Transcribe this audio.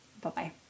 Bye-bye